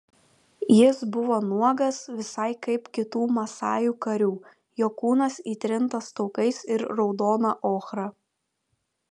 jis buvo nuogas visai kaip kitų masajų karių jo kūnas įtrintas taukais ir raudona ochra